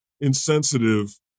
insensitive